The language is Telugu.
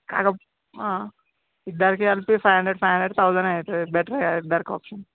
కాక ఇద్దరికీ కలిపి five hundred five hundred thousand అవుతుంది బెటరే కదా ఇద్దరికీ అప్షన్